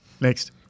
Next